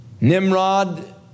Nimrod